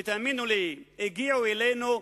ותאמינו לי, הגיעו אלינו,